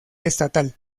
estatal